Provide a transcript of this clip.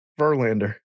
Verlander